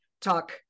talk